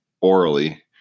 orally